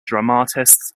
dramatists